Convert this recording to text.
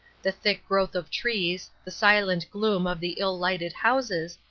the thick growth of trees, the silent gloom of the ill-lighted houses,